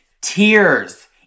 tears